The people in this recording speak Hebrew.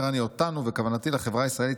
אומר אני "אותנו" וכוונתי לחברה הישראלית